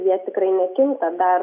jie tikrai nekinta dar